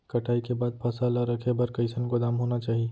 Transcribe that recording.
कटाई के बाद फसल ला रखे बर कईसन गोदाम होना चाही?